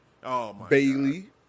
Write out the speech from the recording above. Bailey